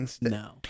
No